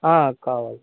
ఆ కావాలి